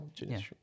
yes